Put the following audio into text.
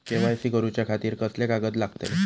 KYC करूच्या खातिर कसले कागद लागतले?